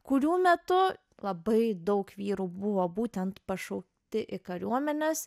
kurių metu labai daug vyrų buvo būtent pašaukti į kariuomenes